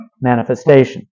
manifestation